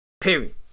Period